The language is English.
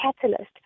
Catalyst